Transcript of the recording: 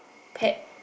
pet